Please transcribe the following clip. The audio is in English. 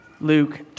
Luke